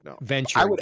venture